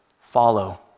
follow